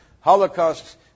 Holocausts